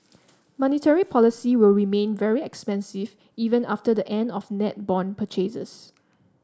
monetary policy will remain very expansive even after the end of net bond purchases